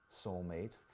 soulmates